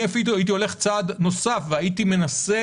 אני אפילו הייתי הולך צעד נוסף והייתי מנסה